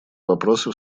вопросы